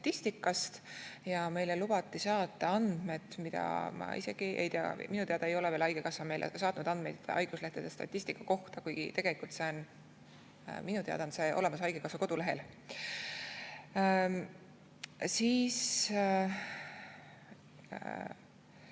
statistika üle. Meile lubati saata andmed. Ma isegi ei tea, minu teada ei ole veel haigekassa meile saatnud andmeid haiguslehtede statistika kohta, kuigi tegelikult on see minu teada olemas haigekassa kodulehel. Ma